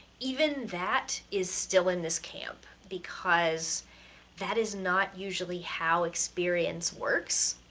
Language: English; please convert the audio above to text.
even that is still in this camp, because that is not usually how experience works.